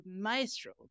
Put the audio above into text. maestro